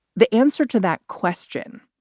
the answer to that question,